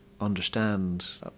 understand